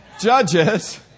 Judges